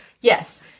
yes